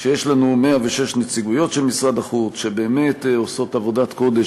שיש לנו 106 נציגויות של משרד החוץ שבאמת עושות עבודת קודש,